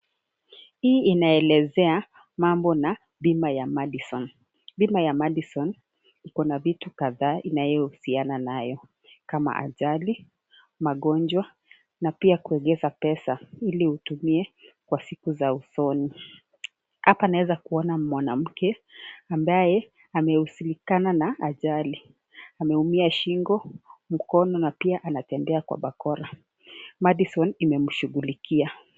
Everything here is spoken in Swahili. Hii inaelezea mambo na bima ya Madison. Bima ya Madison iko na vitu kadhaa inayohusiana nayo, kama vile ajali, magonjwa pia kuekeza pesa ili utumie kwa siku za usoni. Hapa naeza kuona mwanamke ambaye amehusikana na ajali. Ameumia shingo, mkono na pia anatembea kwa bakora. Madison, imemshughulikia.